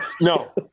No